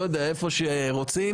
וזה מן הסתם